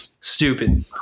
stupid